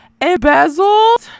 embezzled